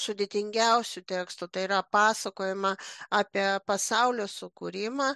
sudėtingiausių tekstų tai yra pasakojimą apie pasaulio sukūrimą